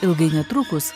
ilgai netrukus